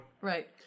Right